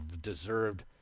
deserved